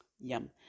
Yum